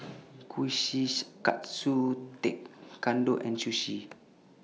Kushikatsu Tekkadon and Sushi